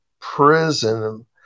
prison